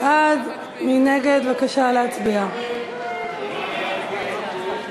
הבטחת אנרגיה לישראל והגבלת ייצוא).